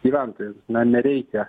gyventojams na nereikia